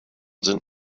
sind